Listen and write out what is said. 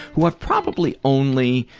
who i've probably only